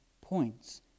points